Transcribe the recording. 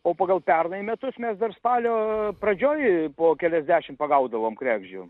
o pagal pernai metus mes dar spalio pradžioj po keliasdešimt pagaudavom kregždžių